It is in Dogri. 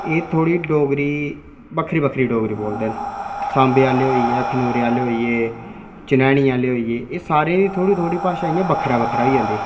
एह् थोह्ड़ी डोगरी बक्खरी बक्खरी डोगरी बोलदे न सांबे आह्ले होइ ए अखनूरै आह्ले होइ ए चनैनी आह्ले एह् सारे इत्थू दी थोह्ड़ी भाशा इ'यां बक्खरा बक्खरा होई जंदी